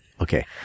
Okay